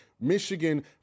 Michigan